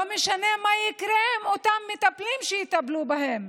לא משנה מה יקרה עם אותם מטפלים שיטפלו בהם.